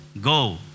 go